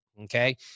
okay